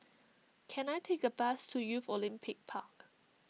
can I take a bus to Youth Olympic Park